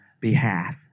behalf